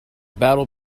battle